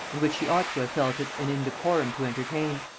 and which she ought to have felt it an indecorum to entertain.